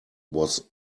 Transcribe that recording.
was